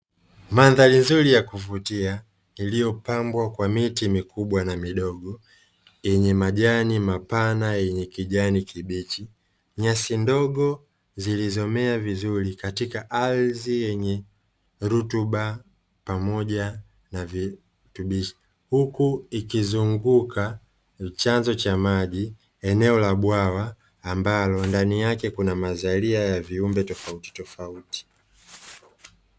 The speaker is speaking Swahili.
Mandhari nzuri ya kuvutia iliyopambwa kwa miti mikubwa na midogo yenye majani mapana yenye kijani kibichi nyasi ndogo zilizomea vizuri katika ardhi yenye rutuba pamoja na virutubishi huku ikizunguka chanzo cha maji eneo la bwawa ambalo ndani yake kuna mazalia ya viumbe tofautitofauti.